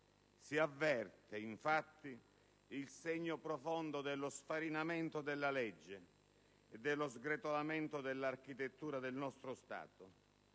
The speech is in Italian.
si avverte, infatti, il segno profondo dello sfarinamento della legge e dello sgretolamento dell'architettura del nostro Stato.